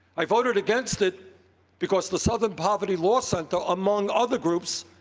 i voted against it because the southern poverty law center, among other groups,